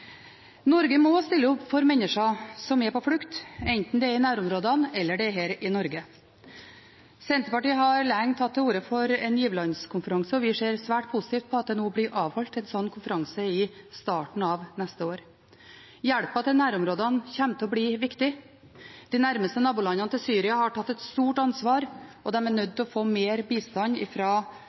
Norge må også stille opp for mennesker som er på flukt, enten det er i nærområdene eller det er her i Norge. Senterpartiet har lenge tatt til orde for en giverlandskonferanse, og vi ser svært positivt på at det blir avholdt en slik konferanse i starten av neste år. Hjelpen til nærområdene kommer til å bli viktig. De nærmeste nabolandene til Syria har tatt et stort ansvar, og de er nødt til å få mer bistand